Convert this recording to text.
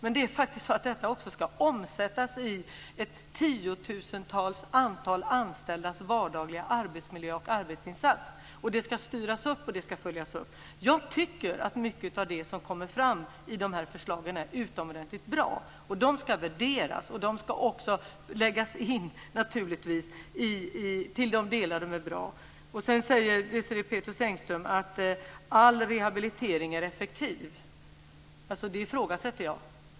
Men detta ska faktiskt också omsättas i tiotusentals anställdas vardagliga arbetsmiljö och arbetsinsats. Det ska styras upp och det ska följas upp. Jag tycker att mycket av det som kommer fram i de här förslagen är utomordentligt bra. Det ska värderas och även läggas in i de delar det är bra. Sedan säger Desirée Pethrus Engström att all rehabilitering är effektiv. Det ifrågasätter jag.